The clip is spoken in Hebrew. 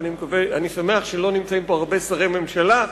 אני שמח שלא נמצאים פה הרבה שרי ממשלה,